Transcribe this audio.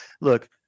look